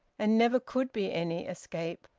and never could be any escape,